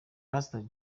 pastor